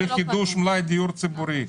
לחידוש מלאי דיור ציבורי.